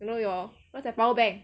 you know your whats that power bank